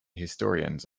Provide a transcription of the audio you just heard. historians